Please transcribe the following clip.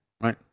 Right